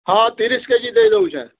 ହଁ ତିରିଶ୍ K G ଦେଇଦଉଛେଁ